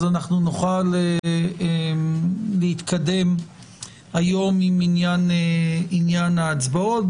נוכל להתקדם היום עם עניין ההצבעות.